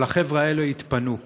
אבל החבר'ה האלה יתפנו.